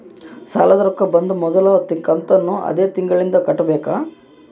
ಸಾಲದ ರೊಕ್ಕ ಬಂದಾಗ ಮೊದಲ ಕಂತನ್ನು ಅದೇ ತಿಂಗಳಿಂದ ಕಟ್ಟಬೇಕಾ?